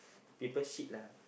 people shit lah